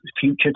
future